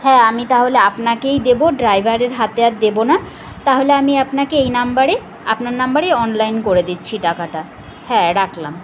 হ্যাঁ আমি তাহলে আপনাকেই দেবো ড্রাইভারের হাতে আর দেবো না তাহলে আমি আপনাকে এই নাম্বারে আপনার নাম্বারে অনলাইন করে দিচ্ছি টাকাটা হ্যাঁ রাখলাম